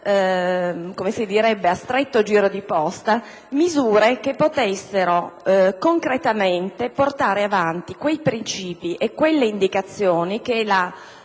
come si direbbe, a stretto giro di posta, misure che potessero concretamente portare avanti quei princìpi e quelle indicazioni che la